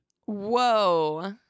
Whoa